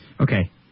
Okay